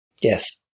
Yes